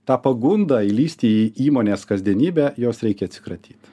tą pagundą įlįsti į įmonės kasdienybę jos reikia atsikratyt